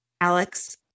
Alex